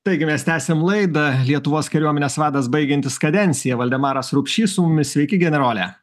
taigi mes tęsiam laidą lietuvos kariuomenės vadas baigiantis kadenciją valdemaras rupšys su mumis sveiki generole